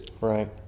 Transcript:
Right